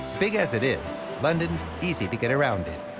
big as it is, london's easy to get around in.